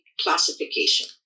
classification